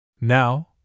Now—